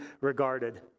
regarded